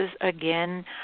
again